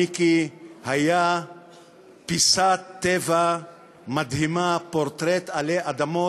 מיקי, היה פיסת טבע מדהימה, פורטרט עלי אדמות,